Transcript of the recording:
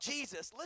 Jesus